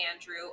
Andrew